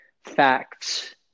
facts